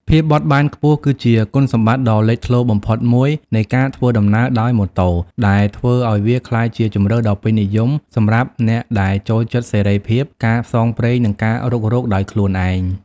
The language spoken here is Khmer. ភាពបត់បែនខ្ពស់ គឺជាគុណសម្បត្តិដ៏លេចធ្លោបំផុតមួយនៃការធ្វើដំណើរដោយម៉ូតូ ដែលធ្វើឱ្យវាក្លាយជាជម្រើសដ៏ពេញនិយមសម្រាប់អ្នកដែលចូលចិត្តសេរីភាព ការផ្សងព្រេង និងការរុករកដោយខ្លួនឯង។